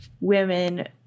women